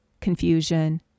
confusion